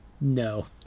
No